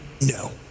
No